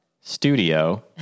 studio